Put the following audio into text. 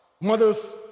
Mothers